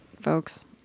folks